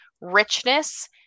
richness